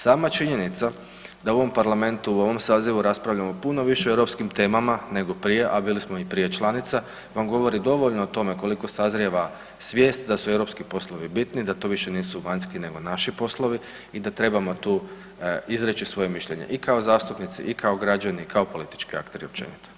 Sama činjenica da u ovom parlamentu, u ovom sazivu raspravljamo puno više o europskim temama nego prije, a bili smo i prije članica, vam govori dovoljno o tome koliko sazrijeva svijest da su europski poslovi bitni, da to više nisu vanjski nego naši poslovi i da trebamo tu izreći svoje mišljenje, i kao zastupnici i kao građani i kao politički akteri općenito.